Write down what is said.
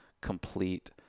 complete